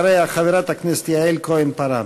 אחריה, חברת הכנסת יעל כהן-פארן.